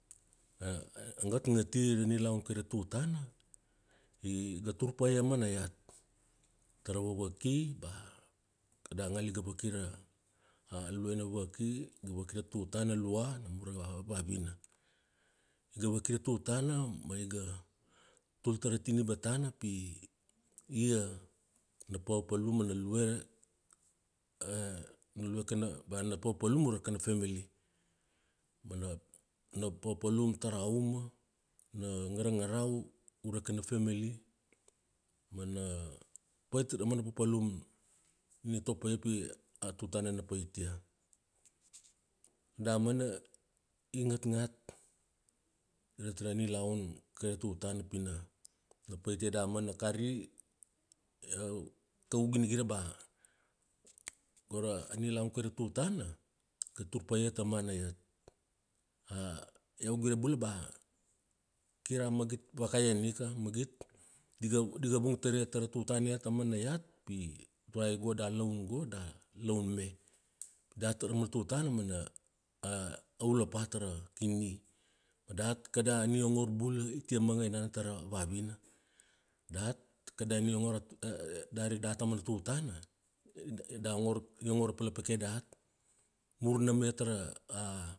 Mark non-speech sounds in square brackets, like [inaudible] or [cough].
[hesitation] A ngatngati ra nilaun kai ra tutana, i ga turpaia amana iat, tara vavaki bea kada ngala iga vaki ra, ra luaina vavaki, iga vaki ra tutana lua, namur a vavina. Iga vaki ra tutana ma iga tultar ra tiniba tana pi ia na papalum mana lue, na lue kana, bea na papalum ure kana femili. Mana papalum tara uma, na ngarangarau ure kana femili mana pait ra mana papalum ni i topaia pi a tutana na pait ia. Damana i ngatngat iat ra nilaun kai ra tutana pina pait ia damana, kari iau, kaugu ginigira ba go ra nilaun kai ra tutana, iga tur paia amana iat. Iau gire bula bea kir a magit vakaian ika, a magit di ga di ga vung taria tara tutana iat amana iat pi bea go da laun go, da laun me. Dat amana tutana amana ulapa tara kini, dat kada niongor bula itie manga enana tara vavina, dat kada niongor bula itia manga enana tara vavina. Dat kada niongor [hesitation] dari dat amana tutana, da, i ongor ra palapakai dat mur nam iat ra. [hesitation]